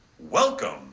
Welcome